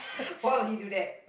why would he do that